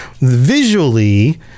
visually